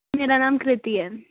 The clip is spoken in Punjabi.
ਮੇਰਾ ਨਾਮ ਕ੍ਰਿਤੀ ਹੈ